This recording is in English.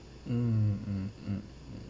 mm mm